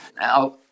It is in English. Now